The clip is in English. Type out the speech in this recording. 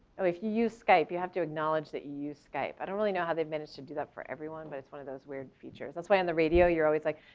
and if you use skype you have to acknowledge that you use skype. i don't really know how they've managed to do that for everyone. but it's one of those weird features. that's why on the radio you're always like,